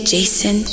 Jason